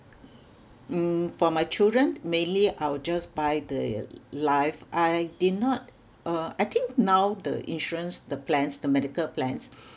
mm for my children mainly I will just buy the life I did not uh I think now the insurance the plans the medical plans